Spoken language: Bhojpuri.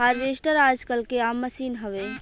हार्वेस्टर आजकल के आम मसीन हवे